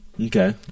Okay